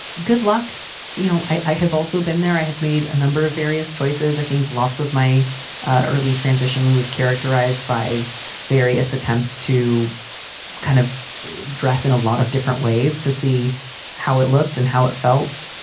good luck you know, i i have also been there. i have made a number of various choices. i think lots of my ah early transition was characterized by various attempts to kind of dress in a lot of different ways to see how it looked and how it felt.